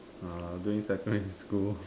ah doing second in school